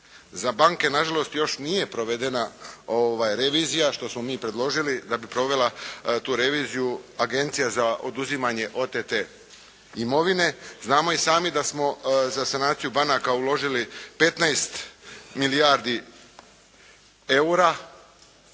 za banke. Za banke još nije provedena revizija, što smo mi predložili da bi provela tu reviziju Agencija za oduzimanje otete imovine, znamo sami da smo za sanaciju banaka uložili 15 milijardi eura,